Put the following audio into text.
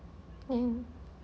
mm